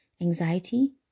Anxiety